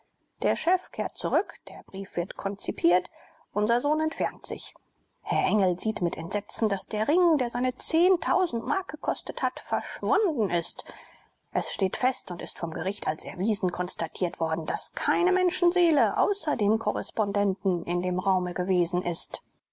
der chef kehrt zurück der brief wird konzipiert unser sohn entfernt sich herr engel sieht mit entsetzen daß der ring der seine mark gekostet hat verschwunden ist es steht fest und ist vom gericht als erwiesen konstatiert worden daß keine menschenseele außer dem korrespondenten in dem raume gewesen ist